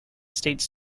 states